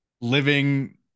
living